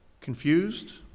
confused